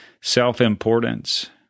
Self-importance